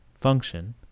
function